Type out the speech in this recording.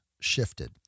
shifted